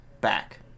back